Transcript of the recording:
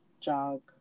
jog